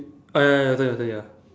ah ya ya your turn your turn ya